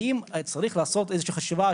האם צריך לעשות איזושהי חשיבה,